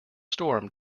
storm